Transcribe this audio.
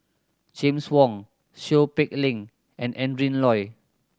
James Wong Seow Peck Leng and Adrin Loi